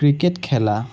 cricket খেলা